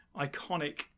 iconic